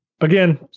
again